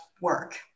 work